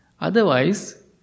Otherwise